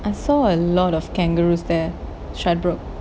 I saw a lot of kangaroos there stradbroke